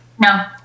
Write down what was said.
No